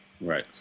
Right